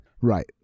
Right